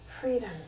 Freedom